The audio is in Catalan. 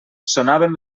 sonaven